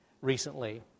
recently